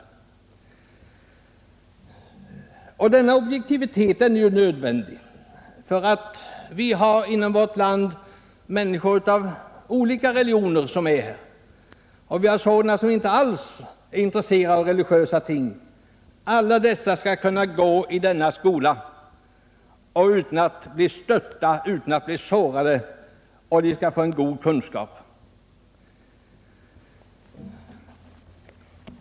Denna objektivitet är nödvändig. Vi har inom vårt land människor av olika religioner, och vi har sådana som inte alls är intresserade av religiösa ting. Alla dessa skall kunna gå i skolan utan att bli stötta och sårade, och de skall få en god kunskap.